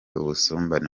ubusumbane